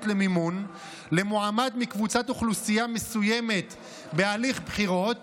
למימון למועמד מקבוצת אוכלוסייה מסוימת בהליך בחירות